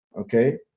Okay